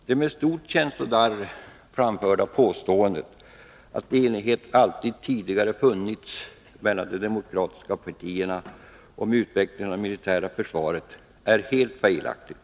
Det med stort känslodarr framförda påståendet att enighet alltid tidigare förelegat mellan de demokratiska partierna om utvecklingen av det militära försvaret är helt felaktigt.